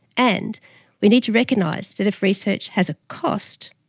and we need to recognise that if research has a cost,